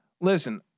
Listen